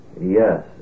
Yes